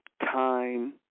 time